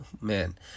Man